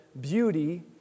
beauty